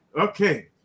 okay